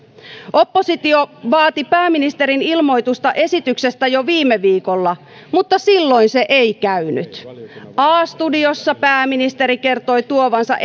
oppositio vaati pääministerin ilmoitusta esityksestä jo viime viikolla mutta silloin se ei käynyt a studiossa pääministeri kertoi tuovansa